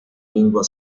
lingua